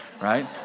right